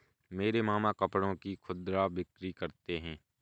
मेरे मामा कपड़ों की खुदरा बिक्री करते हैं